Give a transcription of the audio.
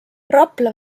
rapla